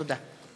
תודה.